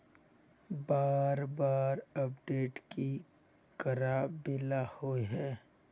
बार बार अपडेट की कराबेला होय है?